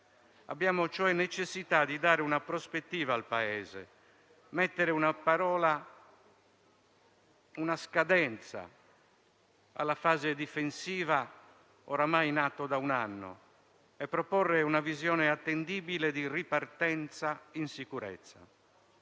Abbiamo cioè necessità di dare una prospettiva al Paese, di mettere una scadenza alla fase difensiva ormai in atto da un anno e proporre una visione attendibile di ripartenza in sicurezza.